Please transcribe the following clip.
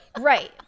Right